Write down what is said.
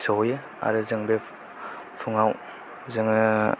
सौहैयो आरो जों बे फुंआव जोङो